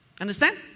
Understand